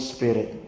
Spirit